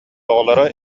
оҕолоро